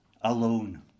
alone